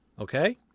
okay